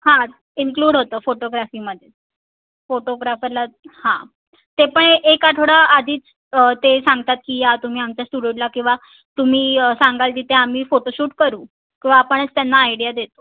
हां इन्क्लूड होतं फोटोग्राफीमध्ये फोटोग्राफरला हां ते पण एक आठवडा आधीच ते सांगतात की या तुम्ही आमच्या स्टुडियोला किंवा तुम्ही सांगाल तिथे आम्ही फोटोशूट करू किंवा आपणच त्यांना आयडिया देतो